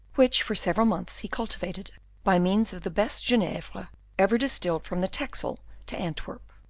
which for several months he cultivated by means of the best genievre ever distilled from the texel to antwerp,